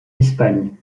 espagne